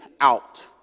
out